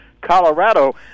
Colorado